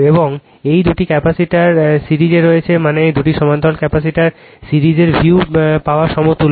এবং এই দুটি ক্যাপাসিটর সিরিজে রয়েছে মানে এটি সমান্তরালে রেজিস্ট্যান্স সিরিজের ভিউ পাওয়ার সমতুল্য